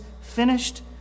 finished